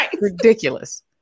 Ridiculous